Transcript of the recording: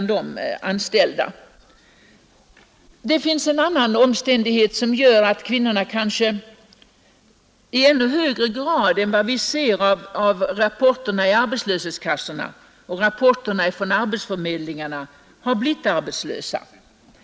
Det finns en annan omständighet som gör att kvinnorna i ännu högre grad än vad vi ser i rapporterna från arbetslöshetskassorna och arbetsförmedlingarna har blivit arbetslösa.